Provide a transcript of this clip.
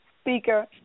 speaker